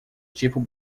tipo